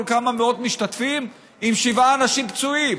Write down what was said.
כמה מאות משתתפים עם שבעה אנשים פצועים.